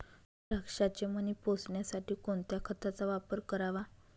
द्राक्षाचे मणी पोसण्यासाठी कोणत्या खताचा वापर करावा?